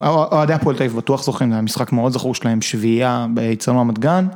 אוהדי הפועל תל אביב בטוח זוכרים, היה משחק מאוד זכור שלהם שביעייה באצטדיון רמת גן.